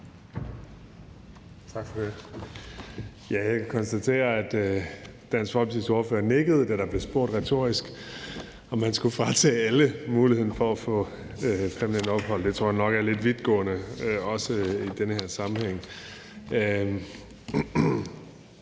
Jeg kan konstatere, at Dansk Folkepartis ordfører nikkede, da der blev spurgt retorisk, om man skulle fratage alle muligheden for at få permanent ophold, men det tror jeg nok er lidt vidtgående, også i den her sammenhæng.